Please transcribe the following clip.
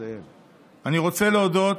אני רוצה להודות